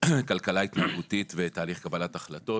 כלכלה התנהגותית ותהליך קבלת החלטות.